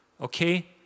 okay